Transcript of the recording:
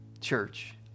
church